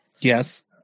Yes